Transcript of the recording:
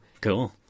Cool